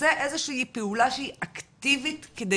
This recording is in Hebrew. עושה איזושהי פעולה שהיא אקטיבית כדי